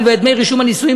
הואיל ואת דמי רישום הנישואין,